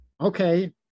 okay